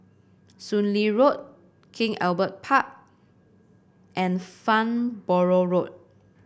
Soon Lee Road King Albert Park and Farnborough Road